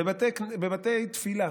בבתי תפילה